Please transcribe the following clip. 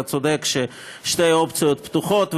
אתה צודק ששתי האופציות פתוחות,